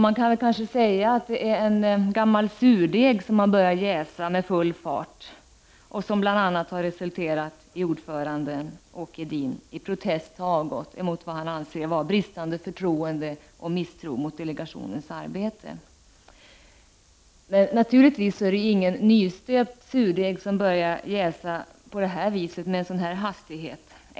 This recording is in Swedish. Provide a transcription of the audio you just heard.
Man kanske kan säga att det är en gammal surdeg som har börjat jäsa med full fart och som bl.a. har resulterat i att ordföranden i delegationen, Åke Edin, har avgått i protest mot vad han ansett vara bristande förtroende och misstro mot delegationens arbete. Det är naturligtvis inte någon nystöpt surdeg som börjar jäsa med en sådan hastighet.